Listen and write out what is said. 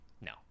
No